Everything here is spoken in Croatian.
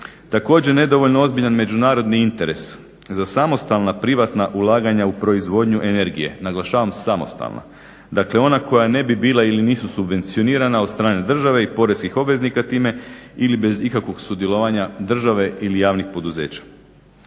Također nedovoljno ozbiljan međunarodni interes za samostalna privatna ulaganja u proizvodnju energije, naglašavam samostalna, dakle ona koja ne bi bila ili nisu subvencionirana od strane države i poreskih obveznika time ili bez ikakvog sudjelovanja države ili javnih poduzeća.